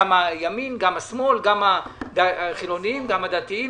גם ימין, גם שמאל, גם החילונים וגם הדתיים.